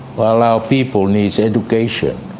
while our people need education,